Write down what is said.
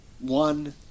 One